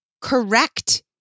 correct